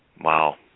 Wow